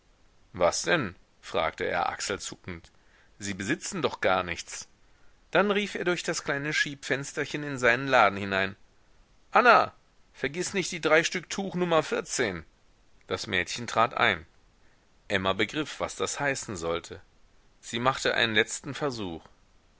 was denn fragte er achselzuckend sie besitzen doch gar nichts dann rief er durch das kleine schiebfensterchen in seinen laden hinein anna vergiß nicht die drei stück tuch nummer vierzehn das mädchen trat ein emma begriff was das heißen sollte sie machte einen letzten versuch